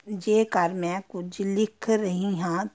ਜੇਕਰ ਮੈਂ ਕੁਝ ਲਿਖ ਰਹੀ ਹਾਂ